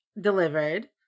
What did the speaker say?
delivered